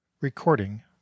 Recording